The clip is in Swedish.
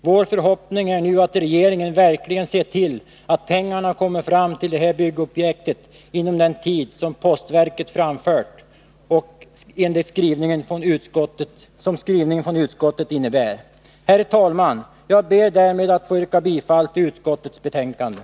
Vår förhoppning är nu att regeringen verkligen ser till att pengar kommer fram till det här byggnadsobjektet inom den tid som postverket har angivit och utskottets skrivning innebär. Herr talman! Jag ber därmed att få yrka bifall till utskottets hemställan.